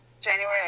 January